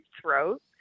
throat